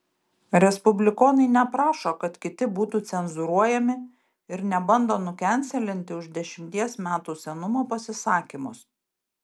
respublikonai neprašo kad kiti būtų cenzūruojami ir nebando nukenselinti už dešimties metų senumo pasisakymus